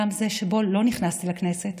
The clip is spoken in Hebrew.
גם זה שבו לא נכנסתי לכנסת,